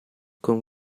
con